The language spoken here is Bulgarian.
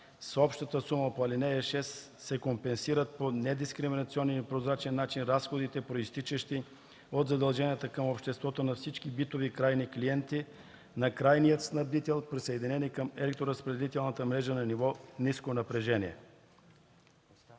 С общата сума по ал. 6 се компенсират по недискриминационен и прозрачен начин разходите, произтичащи от задължения към обществото на всички битови крайни клиенти на Крайния снабдител, присъединени към електроразпределителна мрежа на ниво ниско напрежение”.